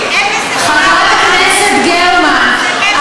0.4%. חברת הכנסת גרמן,